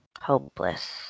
Hopeless